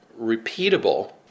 repeatable